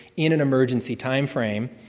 in an emergency time frame,